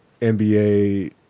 NBA